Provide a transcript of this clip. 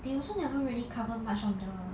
they also never really cover much on the